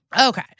Okay